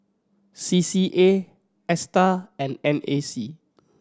C C A Astar and N A C